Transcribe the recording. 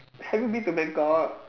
have you been to Bangkok